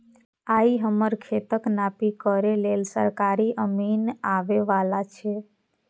आइ हमर खेतक नापी करै लेल सरकारी अमीन आबै बला छै